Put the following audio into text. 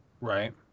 Right